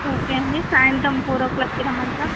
ఒకే అండి సాయంత్రం ఫోర్ ఓ క్లాక్కి రమ్మంటారా